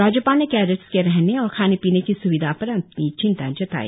राज्यपाल ने केडेट्स के रहने और खाने पीने की स्विधा पर अपनी चिंता जताई